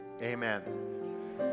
Amen